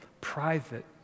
private